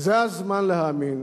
וזה הזמן להאמין